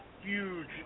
huge